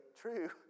true